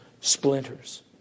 splinters